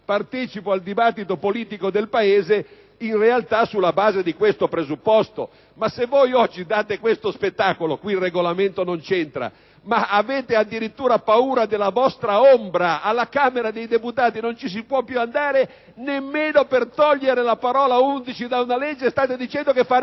partecipo al dibattito politico del Paese, in realtà, sulla base di questo presupposto. Ma se voi oggi date questo spettacolo (il Regolamento qui non c'entra), è perché avete addirittura paura della vostra ombra: alla Camera dei deputati non ci si può più andare nemmeno per togliere la parola «11» da una legge e state dicendo che farete